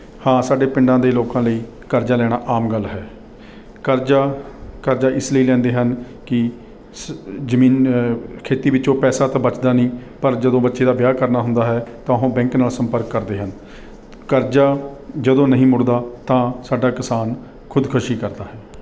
ਹਾਂ ਸਾਡੇ ਪਿੰਡਾਂ ਦੇ ਲੋਕਾਂ ਲਈ ਕਰਜ਼ਾ ਲੈਣਾ ਆਮ ਗੱਲ ਹੈ ਕਰਜ਼ਾ ਕਰਜ਼ਾ ਇਸ ਲਈ ਲੈਂਦੇ ਹਨ ਕਿ ਸ ਜਮੀਨ ਖੇਤੀ ਵਿੱਚੋਂ ਪੈਸਾ ਤਾਂ ਬਚਦਾ ਨਹੀਂ ਪਰ ਜਦੋਂ ਬੱਚੇ ਦਾ ਵਿਆਹ ਕਰਨਾ ਹੁੰਦਾ ਹੈ ਤਾਂ ਉਹ ਬੈਂਕ ਨਾਲ ਸੰਪਰਕ ਕਰਦੇ ਹਨ ਕਰਜ਼ਾ ਜਦੋਂ ਨਹੀਂ ਮੁੜਦਾ ਤਾਂ ਸਾਡਾ ਕਿਸਾਨ ਖੁਦਕੁਸ਼ੀ ਕਰਦਾ ਹੈ